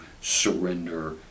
surrender